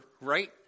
right